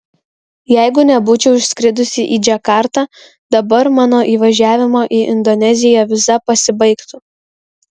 jeigu nebūčiau išskridusi į džakartą dabar mano įvažiavimo į indoneziją viza pasibaigtų